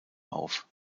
auf